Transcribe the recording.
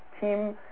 team